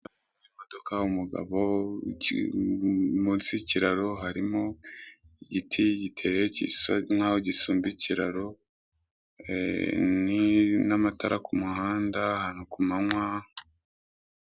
Imodoka, umugabo mu nsi y'ikiraro harimo igiti giteye gisa nkaho gisuma ikiraro n'amatara ku muhanda ahantu ku manywa.